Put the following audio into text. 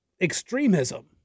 extremism